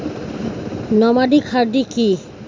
Nomadic হার্ডি কি?